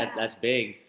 that's that's big.